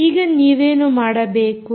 ಈಗ ನೀವೇನು ಮಾಡಬೇಕು